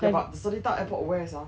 ya but the seletar airport where sia